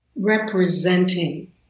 Representing